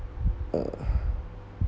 uh